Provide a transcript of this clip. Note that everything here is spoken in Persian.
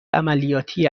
عملیاتی